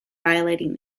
violating